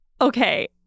Okay